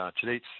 today's